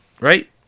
right